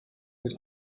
mit